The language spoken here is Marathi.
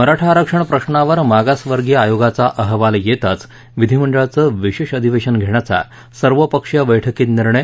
मराठा आरक्षण प्रश्नावर मागासवर्गीय आयोगाचा अहवाल येताच विधीमंडळाचं विशेष अधिवेशन घेण्याचा सर्वपक्षीय बैठकीत निर्णय